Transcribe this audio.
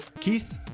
Keith